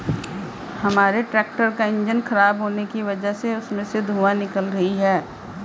हमारे ट्रैक्टर का इंजन खराब होने की वजह से उसमें से धुआँ निकल रही है